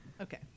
Okay